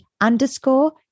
underscore